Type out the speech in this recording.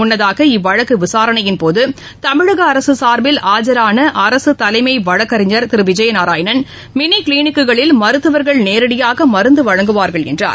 முன்னதாக இவ்வழக்கு விசாரணையின் போது தமிழக அரசு சார்பில் ஆஜரான அரசு தலைமை வழக்கறிஞர் திரு விஜயநாராயணன் மினி கிளினிக்குகளில் மருத்துவர்கள் நேரடியாக மருந்து வழங்குவார்கள் என்றார்